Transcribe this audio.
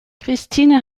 christine